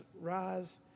rise